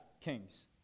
kings